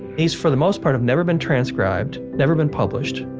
these, for the most part, have never been transcribed, never been published.